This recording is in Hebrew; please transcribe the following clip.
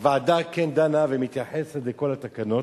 הוועדה כן דנה ומתייחסת לכל התקנות,